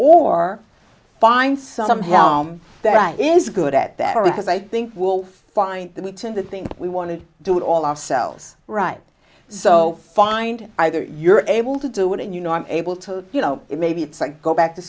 or find some helm that is good at that or because i think will find that we tend to think we want to do it all ourselves right so find either you're able to do it and you know i'm able to you know maybe it's like go back to